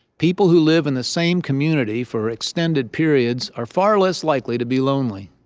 people who live in the same community for extended periods are far less likely to be lonely.